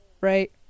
right